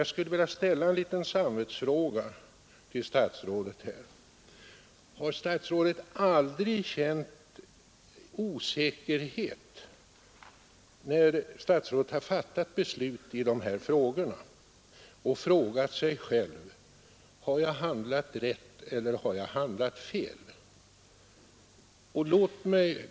Jag skulle vilja ställa en liten samvetsfråga till statsrådet. Jag undrar om statsrådet aldrig har känt osäkerhet när statsrådet har fattat beslut i de här ärendena och frågat sig själv: Har jag handlat rätt eller har jag handlat fel?